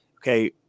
okay